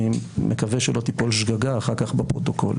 אני מקווה שלא תיפול שגגה אחר כך בפרוטוקול.